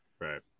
right